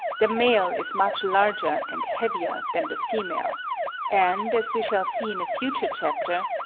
the male is much larger and heavier than the female and, as we shall see in a future chapter,